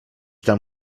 tam